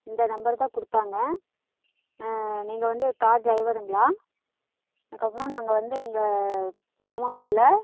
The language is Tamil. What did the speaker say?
இந்த நம்பர் தான் கொடுத்தாங்க நீங்க வந்து கார் ட்ரைவருங்களா அதுக்கப்புறம் நாங்கள் வந்து இங்கே நாமக்கல்லில்